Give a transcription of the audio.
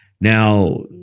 Now